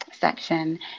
section